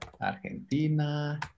Argentina